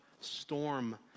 storm